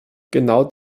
genau